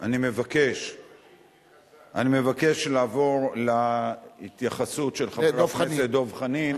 אני מבקש לעבור להתייחסות של חבר הכנסת דב חנין.